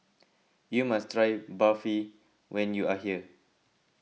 you must try Barfi when you are here